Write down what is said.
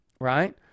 right